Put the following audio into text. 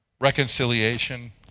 reconciliation